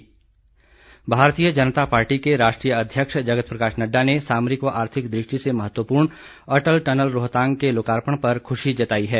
JP Nadda Bharatiya Janata Party के राष्ट्रीय अध्यक्ष जगत प्रकाश नड्डा ने सामरिक व आर्थिक द्रष्टि से महत्वपूर्ण अटल टनल रोहतांग के लोकार्पण पर खुशी जताई है